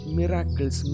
miracles